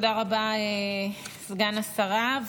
תודה רבה, סגן השרה.